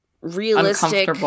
realistic